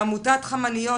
לעמותת "חמניות",